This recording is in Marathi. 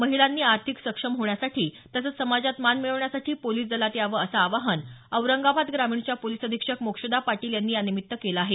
महिलांनी आर्थिक सक्षम होण्यासाठी तसंच समाजात मान मिळवण्यासाठी पोलीस दलात यावं असं आवाहन औरंगाबाद ग्रामीणच्या पोलीस अधीक्षक मोक्षदा पाटील यांनी यानिमित्त केलं आहे